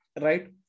right